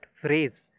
phrase